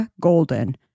Golden